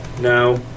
no